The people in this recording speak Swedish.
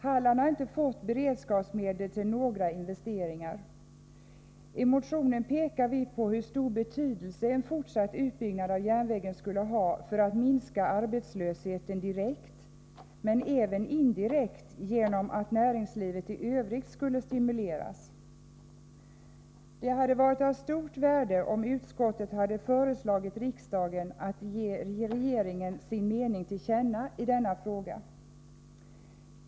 Halland har inte fått beredskapsmedel till några investeringar. I motionen pekar vi på hur stor betydelse en fortsatt utbyggnad av järnvägen skulle ha för att minska arbetslösheten direkt men även indirekt genom att näringslivet i övrigt skulle stimuleras. Det hade varit av stort värde om utskottet hade föreslagit riksdagen att ge regeringen sin mening till känna i denna fråga.